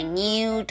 new